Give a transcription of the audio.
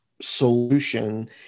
solution